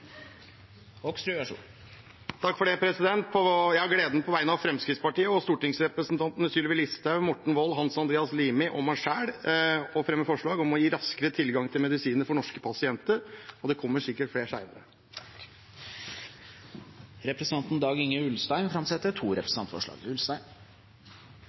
På vegne av Fremskrittspartiet og stortingsrepresentantene Sylvi Listhaug, Morten Wold, Hans Andreas Limi og meg selv har jeg gleden av å fremme representantforslag om å gi raskere tilgang til medisiner for norske pasienter – og det kommer sikkert flere forslag senere. Representanten Dag-Inge Ulstein vil framsette to